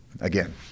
Again